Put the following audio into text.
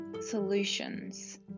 solutions